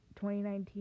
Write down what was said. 2019